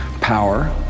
power